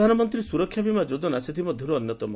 ପ୍ରଧାନମନ୍ତୀ ସ୍ବରକ୍ଷା ବୀମା ଯୋଜନା ସେଥିମଧ୍ଧରୁ ଅନ୍ୟତମ